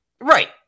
right